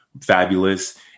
fabulous